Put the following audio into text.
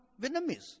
Vietnamese